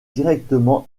directement